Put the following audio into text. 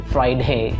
Friday